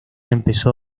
empezó